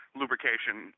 lubrication